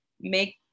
make